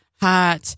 hot